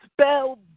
spell